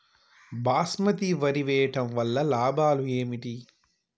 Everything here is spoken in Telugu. బాస్మతి వరి వేయటం వల్ల లాభాలు ఏమిటి?